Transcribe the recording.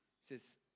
says